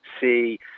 see